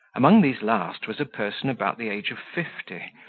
among these last was a person about the age of fifty,